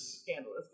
Scandalous